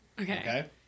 okay